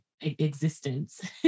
existence